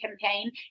campaign